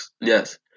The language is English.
Yes